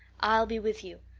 i'll be with you.